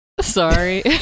Sorry